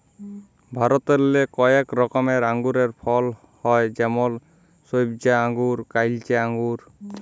ভারতেল্লে কয়েক রকমের আঙুরের ফলল হ্যয় যেমল সইবজা আঙ্গুর, কাইলচা আঙ্গুর